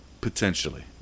potentially